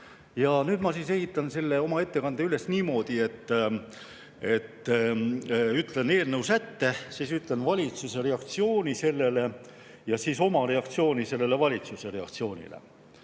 Nüüd ma ehitan selle oma ettekande üles niimoodi, et ütlen eelnõu sätte, siis ütlen valitsuse reaktsiooni sellele ja siis oma reaktsiooni sellele valitsuse reaktsioonile.